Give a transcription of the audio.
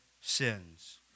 sins